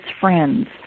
friends